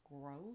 growth